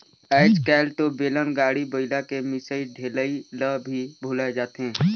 आयज कायल तो बेलन, गाड़ी, बइला के मिसई ठेलई ल भी भूलाये जाथे